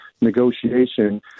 negotiation